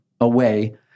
away